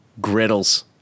griddles